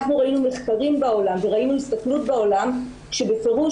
אנחנו ראינו מחקרים בעולם והסתכלות בעולם שבפירוש